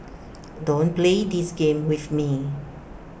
don't play this game with me